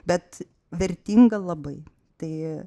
bet vertinga labai tai